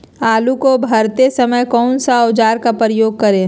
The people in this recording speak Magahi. आलू को भरते समय कौन सा औजार का प्रयोग करें?